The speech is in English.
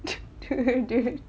dude